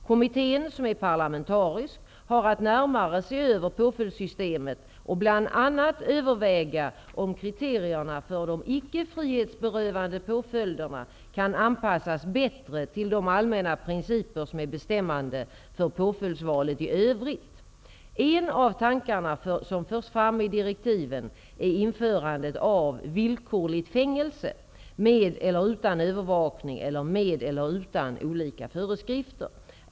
Kommittén, som är parlamentarisk, har att närmare se över påföljdssystemet och bl.a. överväga om kriterierna för de icke frihetsberövande påföljderna kan anpassas bättre till de allmänna principer som är bestämmande för påföljdsvalet i övrigt. En av tankarna som förs fram i direktiven är införandet av villkorligt fängelse, med eller utan övervakning eller med eller utan olika föreskrifter.